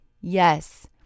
Yes